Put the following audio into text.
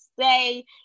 stay